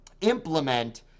implement